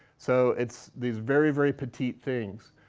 so it's these very, very petite things.